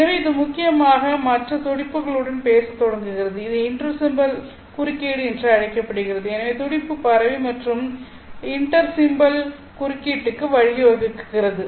எனவே இது முக்கியமாக மற்ற துடிப்புகளுடன் பேசத் தொடங்குகிறது இது இன்டர் சிம்பல் குறுக்கீடு என்று அழைக்கப்படுகிறது எனவே துடிப்பு பரவி மற்றும் இன்டர் சிம்பல் குறுக்கீட்டிற்கு வழிவகுக்கிறது